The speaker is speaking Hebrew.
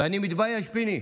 ואני מתבייש, פיני,